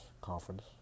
conference